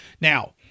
Now